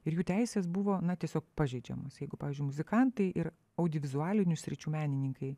ir jų teisės buvo na tiesiog pažeidžiamos jeigu pavyzdžiui muzikantai ir audiovizualinių sričių menininkai